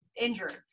injured